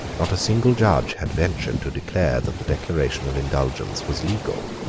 not a single judge had ventured to declare that the declaration of indulgence was legal.